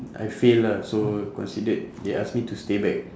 I fail ah so considered they ask me to stay back